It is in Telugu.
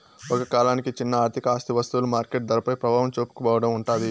ఒక కాలానికి చిన్న ఆర్థిక ఆస్తి వస్తువులు మార్కెట్ ధరపై ప్రభావం చూపకపోవడం ఉంటాది